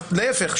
להיפך,